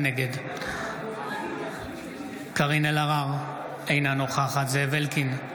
נגד קארין אלהרר, אינה נוכחת זאב אלקין,